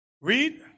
Read